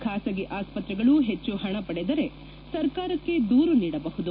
ಖಾಸಗಿ ಆಸ್ಪತ್ರೆಗಳು ಹೆಚ್ಚು ಪಣ ಪಡೆದರೆ ಸರ್ಕಾರಕ್ಕೆ ದೂರು ನೀಡಬಹುದು